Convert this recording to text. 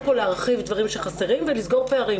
כל להרחיב דברים שחסרים ולסגור פערים,